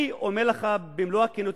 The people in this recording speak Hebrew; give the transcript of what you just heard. אני אומר לך במלוא הכנות,